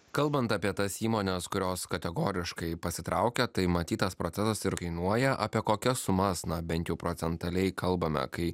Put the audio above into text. kalbant apie tas įmones kurios kategoriškai pasitraukia tai matyt tas procesas ir kainuoja apie kokias sumas na bent jau procentaliai kalbame kai